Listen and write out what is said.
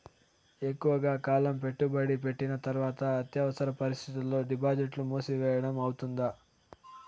ఎక్కువగా కాలం పెట్టుబడి పెట్టిన తర్వాత అత్యవసర పరిస్థితుల్లో డిపాజిట్లు మూసివేయడం అవుతుందా?